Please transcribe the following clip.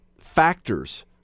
factors